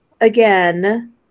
again